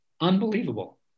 Unbelievable